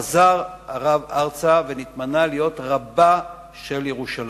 חזר הרב ארצה ונתמנה להיות רבה של ירושלים.